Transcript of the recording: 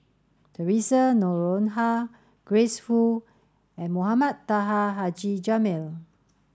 Theresa Noronha Grace Fu and Mohamed Taha Haji Jamil